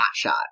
hotshot